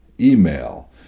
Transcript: email